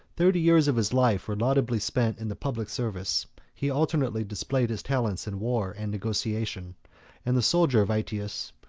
thirty years of his life were laudably spent in the public service he alternately displayed his talents in war and negotiation and the soldier of aetius,